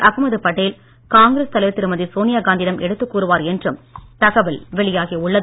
அகமது படேல் காங்கிரஸ் தலைவர் திருமதி சோனியா காந்தியிடம் எடுத்து கூறுவார் என்றும் தகவல் வெளியாகி உள்ளது